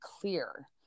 clear